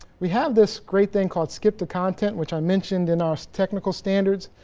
we have this great thing called skip to content which i mentioned in our technical standards.